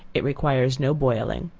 it requires no boiling.